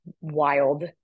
wild